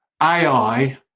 AI